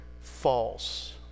false